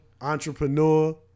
Entrepreneur